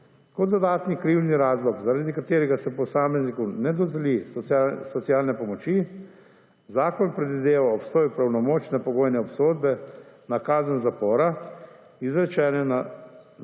Kot dodatni krivdni razlog, zaradi katerega se posamezniku ne dodeli socialne pomoči, zakon predvideva obstoj pravnomočne pogojne obsodbe na kazen zapora, izrečene za